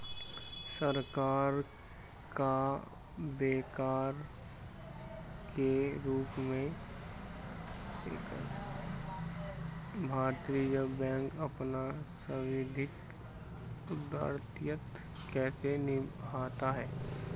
सरकार का बैंकर के रूप में भारतीय रिज़र्व बैंक अपना सांविधिक उत्तरदायित्व कैसे निभाता है?